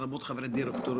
לרבות חברי דירקטוריון,